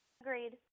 agreed